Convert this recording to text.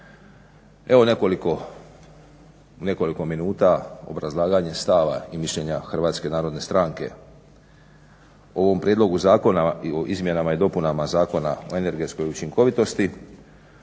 Evo nekoliko minuta obrazlaganja stava i mišljenja Hrvatske narodne stranke o ovom prijedlogu zakona i o izmjenama i dopunama Zakona o energetskoj učinkovitosti.